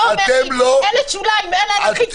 אתה אומר לי: אלה שוליים, אלה אנרכיסטים.